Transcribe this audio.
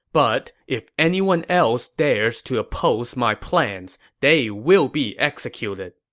but if anyone else dares to oppose my plans, they will be executed.